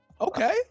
Okay